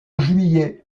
juillet